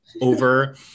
over